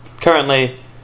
currently